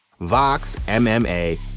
VOXMMA